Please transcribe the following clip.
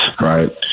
right